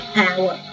power